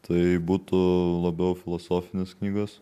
tai būtų labiau filosofinės knygos